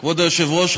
כבוד היושב-ראש,